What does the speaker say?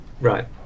Right